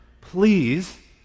please